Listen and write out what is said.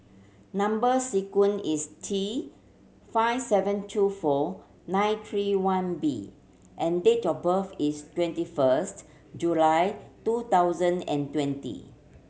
number sequence is T five seven two four nine three one B and date of birth is twenty first July two thousand and twenty